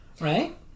Right